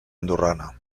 andorrana